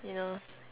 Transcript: you know